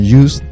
use